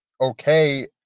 okay